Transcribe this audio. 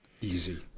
easy